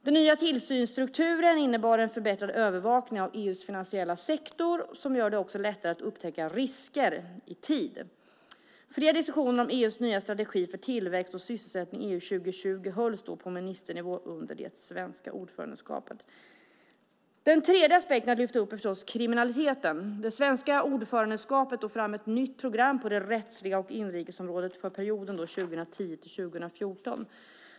Den nya tillsynsstrukturen innebär en förbättrad övervakning av EU:s finansiella sektor som gör det lättare att upptäcka risker i tid. Flera diskussioner om EU:s nya strategi för tillväxt och sysselsättning, EU 2020, hölls på ministernivå under det svenska ordförandeskapet. Den tredje aspekt jag vill lyfta upp är kriminaliteten. Det svenska ordförandeskapet tog fram ett nytt program på det rättsliga och inrikes området för perioden 2010-2014.